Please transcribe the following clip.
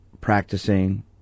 practicing